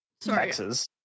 Texas